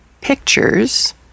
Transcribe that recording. pictures